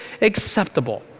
acceptable